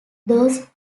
those